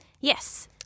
Yes